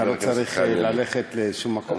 אתה לא רוצה ללכת לשום מקום?